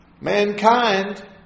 Mankind